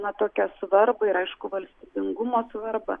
na tokią svarbą ir aišku valstybingumo svarbą